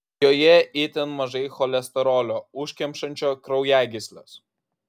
joje itin mažai cholesterolio užkemšančio kraujagysles